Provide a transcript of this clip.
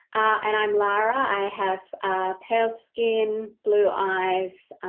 and i am lara, i have pail skin, blue eyes,